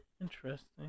Interesting